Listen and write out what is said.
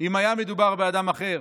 אם היה מדובר באדם אחר,